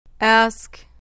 Ask